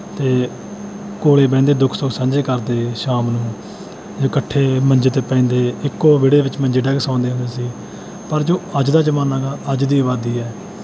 ਅਤੇ ਕੋਲ ਬਹਿੰਦੇ ਦੁੱਖ ਸੁੱਖ ਸਾਂਝੇ ਕਰਦੇ ਸ਼ਾਮ ਨੂੰ ਇਕੱਠੇ ਮੰਜੇ 'ਤੇ ਪੈਂਦੇ ਇੱਕੋ ਵਿਹੜੇ ਵਿੱਚ ਮੰਜੇ ਡਾਹ ਕੇ ਸੌਂਦੇ ਹੁੰਦੇ ਸੀ ਪਰ ਜੋ ਅੱਜ ਦਾ ਜ਼ਮਾਨਾ ਹੈਗਾ ਅੱਜ ਦੀ ਆਬਾਦੀ ਹੈ